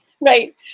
Right